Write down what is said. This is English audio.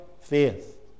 faith